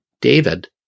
David